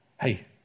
hey